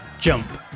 Jump